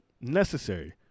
necessary